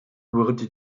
wurde